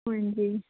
ਹਾਂਜੀ